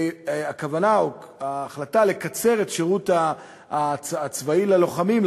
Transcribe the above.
שיש כוונה או החלטה לקצר את השירות הצבאי ללוחמים,